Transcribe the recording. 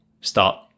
start